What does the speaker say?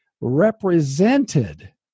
represented